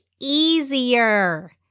easier